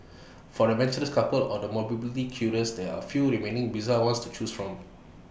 for the adventurous couples or the morbidly curious there are A few remaining bizarre ones to choose from